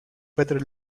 better